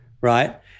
right